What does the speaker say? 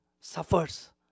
suffers